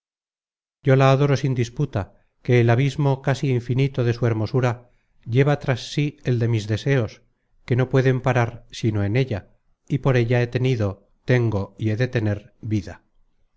yo la adoro sin disputa que el abismo casi infinito de su hermosura lleva tras sí el de mis deseos que no pueden parar sino en ella y por ella he tenido tengo y he de tener vida